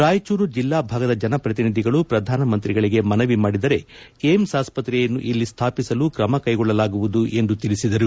ರಾಯಚೂರು ಜಿಲ್ಲಾ ಭಾಗದ ಜನ ಪ್ರತಿನಿಧಿಗಳು ಪ್ರಧಾನಮಂತ್ರಿಗಳಿಗೆ ಮನವಿ ಮಾಡಿದರೆ ಏಮ್ಸ್ ಆಸ್ತ್ರೆಯನ್ನು ಇಲ್ಲಿ ಸ್ಟಾಪಿಸಲು ಕ್ರಮಕೈಗೊಳ್ಳಲಾಗುವುದು ಎಂದು ತಿಳಿಸಿದರು